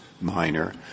minor